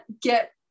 get